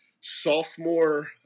sophomore